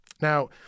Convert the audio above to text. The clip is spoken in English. Now